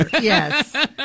Yes